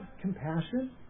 compassion